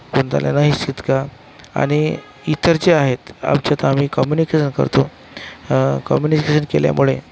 जितका आणि इतर जे आहेत आमच्यात आम्ही कम्युनिकेशन करतो कम्युनिकेशन केल्यामुळे